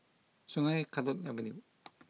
Sungei Kadut Avenue